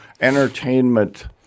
entertainment